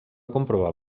comprovar